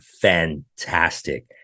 fantastic